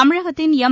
தமிழகத்தின் எம்